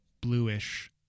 bluish